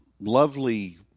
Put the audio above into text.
lovely